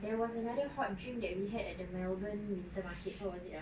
there was another hot drink that we had at the melbourne winter market what was it ah